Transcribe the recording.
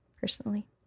personally